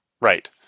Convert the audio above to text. Right